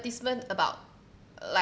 advertisement about